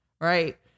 right